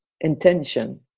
intention